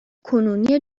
کنونی